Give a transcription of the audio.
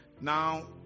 Now